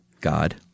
God